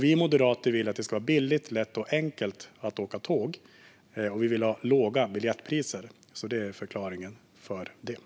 Vi moderater vill att det ska vara billigt och enkelt att åka tåg, och vi vill ha låga biljettpriser. Det är alltså förklaringen.